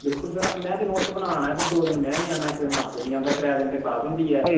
बिलकुल सर में ते नोट्स बनाना ऐ पर दौ दिन में निं आना ते इक्क दिन मास्टर निं आंदा ते त्रै दिन ते क्लॉस होंदी ऐ